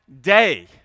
day